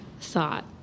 thought